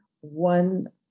one